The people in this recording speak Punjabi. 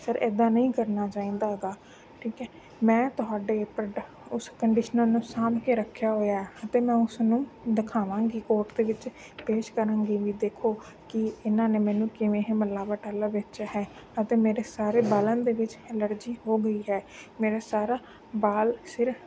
ਸਰ ਇੱਦਾਂ ਨਹੀਂ ਕਰਨਾ ਚਾਹੀਦਾ ਹੈਗਾ ਠੀਕ ਹੈ ਮੈਂ ਤੁਹਾਡੇ ਪ੍ਰਡ ਉਸ ਕੰਡੀਸ਼ਨਰ ਨੂੰ ਸਾਂਭ ਕੇ ਰੱਖਿਆ ਹੋਇਆ ਅਤੇ ਮੈਂ ਉਸਨੂੰ ਦਿਖਾਵਾਂਗੀ ਕੋਰਟ ਦੇ ਵਿੱਚ ਪੇਸ਼ ਕਰਾਂਗੀ ਵੀ ਦੇਖੋ ਕਿ ਇਹਨਾਂ ਨੇ ਮੈਨੂੰ ਕਿਵੇਂ ਇਹ ਮਿਲਾਵਟ ਵਾਲਾ ਵੇਚਿਆ ਹੈ ਅਤੇ ਮੇਰੇ ਸਾਰੇ ਬਾਲਾਂ ਦੇ ਵਿੱਚ ਐਲਰਜੀ ਹੋ ਗਈ ਹੈ ਮੇਰੇ ਸਾਰਾ ਬਾਲ ਸਿਰ